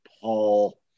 Paul